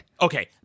Okay